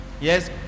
Yes